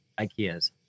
IKEAs